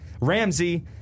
Ramsey